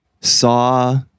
Saw